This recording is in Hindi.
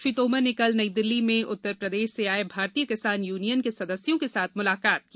श्री तोमर ने कल नई दिल्ली में उत्तर प्रदेश से आए भारतीय किसान यूनियन के सदस्यों के साथ मुलाकात की